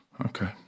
Okay